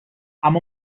اما